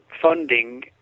funding